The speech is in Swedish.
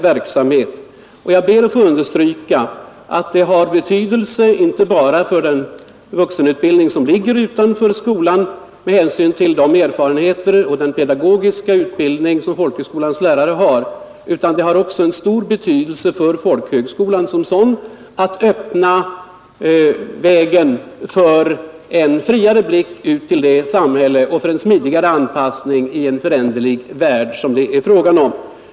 Jag ber att få understryka att en sådan möjlighet som jag pläderar för har betydelse inte bara för den vuxenutbildning som ligger utanför skolan — med hänsyn till de erfarenheter och den pedagogiska utbildning som folkhögskolans lärare har. Den har också stor betydelse för folkhögskolan som sådan, när det gäller att öppna vägen för en friare blick ut mot samhället och för en smidigare anpassning till en föränderlig värld.